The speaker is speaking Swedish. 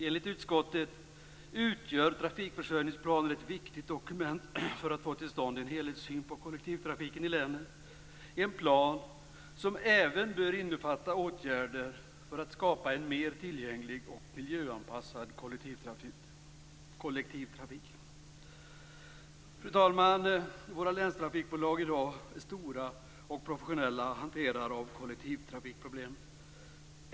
Enligt utskottets mening utgör trafikförsörjningsplanen ett viktigt dokument för att få till stånd en helhetssyn på kollektivtrafiken i länen, en plan som även bör innefatta åtgärder för att skapa en mer tillgänglig och miljöanpassad kollektivtrafik". Fru talman! Våra länstrafikbolag är i dag stora och professionella hanterare av kollektivtrafikproblemen.